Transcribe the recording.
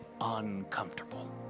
uncomfortable